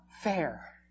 fair